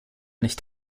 nicht